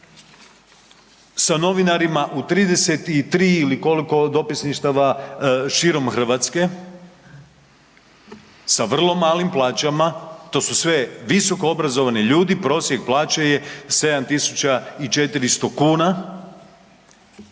sa novinarima u 33 ili koliko dopisništava širom Hrvatske, sa vrlo malim plaćama. To su sve visokoobrazovani ljudi, prosjek plaće je 7.400 kuna,